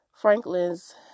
Franklin's